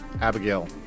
Abigail